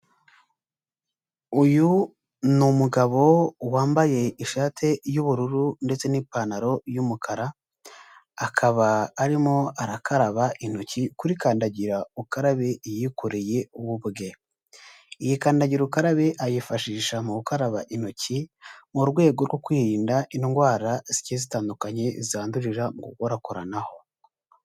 Uyu ni umugabo wambaye ishati y'ubururu ndetse n'ipantaro y'umukara. Akaba arimo arakaraba intoki kuri kandagira ukarabe yikoreye ubwe. Iyi kandagira ukarabe ayifashisha mu gukaraba intoki mu rwego rwo kwirinda indwara zigiye zitandukanye zandurira mu gukorakoranaho.